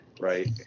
right